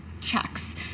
checks